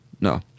no